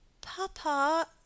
Papa